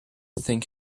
think